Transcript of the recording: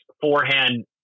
forehand